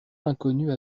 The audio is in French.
inconnues